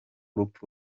rupfu